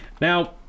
Now